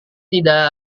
tidak